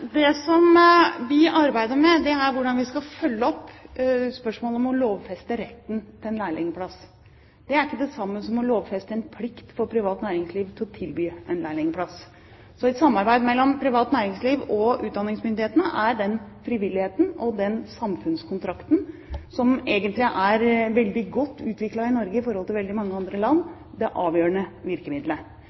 Det som vi arbeider med, er hvordan vi skal følge opp spørsmålet om å lovfeste retten til en lærlingplass. Det er ikke det samme som å lovfeste en plikt for privat næringsliv til å tilby en lærlingplass. Så et samarbeid mellom privat næringsliv og utdanningsmyndighetene er den frivilligheten og den samfunnskontrakten som egentlig er veldig godt utviklet i Norge i forhold til veldig mange andre land – og det avgjørende